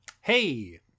Hey